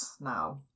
now